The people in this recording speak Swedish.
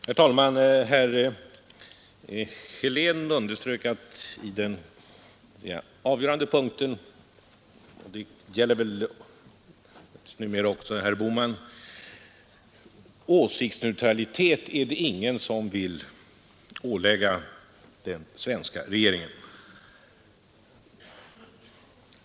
Herr talman! Herr Helén underströk — och det gäller väl numera också herr Bohman — i fråga om den avgörande punkten att åsiktsneutralitet är det ingen som vill ålägga den svenska regeringen.